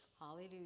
Hallelujah